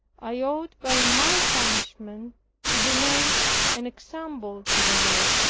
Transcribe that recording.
i ought by my punishment to be made an example to the world